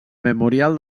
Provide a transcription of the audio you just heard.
memorial